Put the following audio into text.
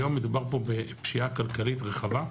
היום מדובר פה בפשיעה כלכלית רחבה,